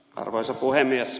arvoisa puhemies